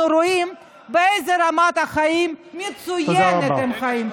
רואים באיזה רמת חיים מצוינת הם חיים.